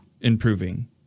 improving